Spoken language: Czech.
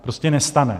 Prostě nestane.